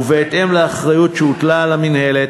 ובהתאם לאחריות שהוטלה על המינהלת,